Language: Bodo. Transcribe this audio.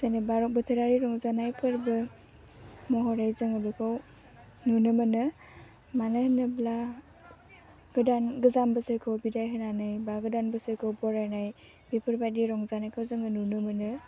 जेनेबा बोथोरारि रंजानाय फोर्बो महरै जों बेखौ नुनो मोनो मानो होनोब्ला गोजाम बोसोरखौ बिदाय होनानै बा गोदान बोसोरखौ बरायनाय बेफोरबायदि रंजानायखौ जोङो नुनो मोनो